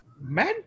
Man